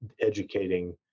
educating